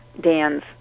Dan's